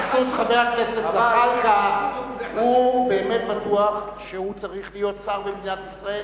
פשוט חבר הכנסת זחאלקה באמת בטוח שהוא צריך להיות שר במדינת ישראל.